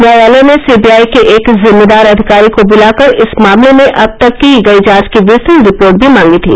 न्यायालय ने सीबीआई के एक जिम्मेदार अधिकारी को बुलाकर इस मामले में अब तक की गई जांच की विस्तृत रिपोर्ट भी मांगी थी